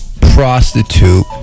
prostitute